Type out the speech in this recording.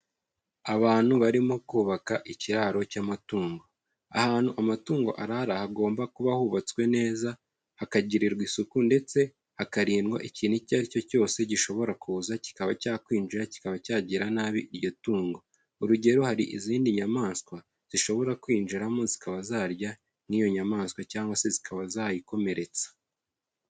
Abantu barimo kubaka ikiraro cy'amatungo, ahantu amatungo arara hagomba kuba hubatswe neza, hakagirirwa isuku ndetse hakarindwa ikintu icyo ari cyo cyose gishobora kuza kikaba cyakwinjira, kikaba cyagirira nabi iryo tungo, urugero hari izindi nyamaswa zishobora kwinjiramo zikaba zarya nk'iyo nyamaswa cyangwa se zikaba zayikomeretsa.